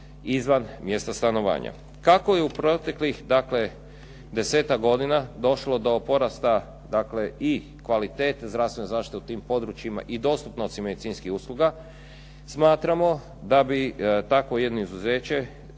izvan mjesta stanovanja. Kako je u proteklih dakle 10-ak godina došlo do porasta i kvalitete zdravstvene zaštite u tim područjima i dostupnosti medicinskih usluga, smatramo da bi takvo jedno izuzeće,